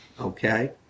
Okay